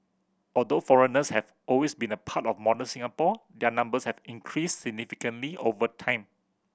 although foreigners have always been a part of modern Singapore their numbers have increased significantly over time